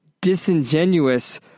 disingenuous